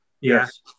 Yes